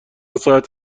ساعت